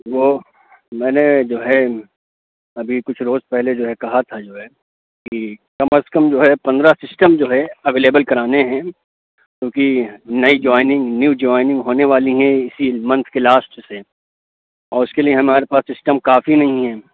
وہ میں نے جو ہے ابھی کچھ روز جو ہے پہلے کہا تھا جو ہے کہ کم از کم جو ہے پندرہ سسٹم جو ہے اویلیبل کرانے ہیں کیونکہ نئی جوائننگ نیو جوائننگ ہونے والی ہے اِسی منتھ کے لاسٹ سے اور اِس کے لیے ہمارے پاس سسٹم کافی نہیں ہیں